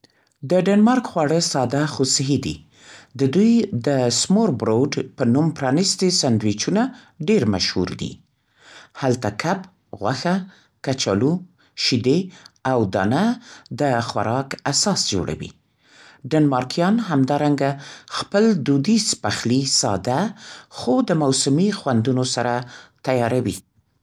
د ډنمارک خواړه ساده خو صحي دي. د دوی د «سموربروډ» په نوم پرانیستې سیندویچونه ډېر مشهور دي. هلته کب، غوښه، کچالو، شیدې او دانه د خوراک اساس جوړوي. ډنمارکیان همدارنګه خپل دودیز پخلي ساده، خو د موسمي خوندونو سره تیاروي.